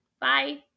Bye